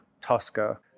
Tosca